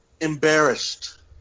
embarrassed